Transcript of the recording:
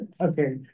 Okay